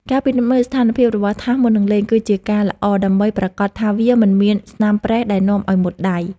ការពិនិត្យមើលស្ថានភាពរបស់ថាសមុននឹងលេង គឺជាការល្អដើម្បីប្រាកដថាវាមិនមានស្នាមប្រេះដែលនាំឱ្យមុតដៃ។